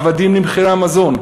עבדים למחירי המזון,